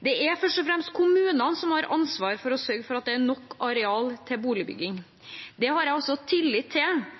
Det er først og fremst kommunene som har ansvar for å sørge for at det er nok areal til boligbygging. Det har jeg også tillit til at de enkelte kommunene selv klarer – i motsetning til